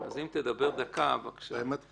אז אם תדבר דקה בבקשה.